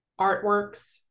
artworks